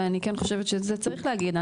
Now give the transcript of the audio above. ואני כן חושבת שצריך להגיד,